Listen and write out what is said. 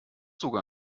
sogar